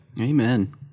Amen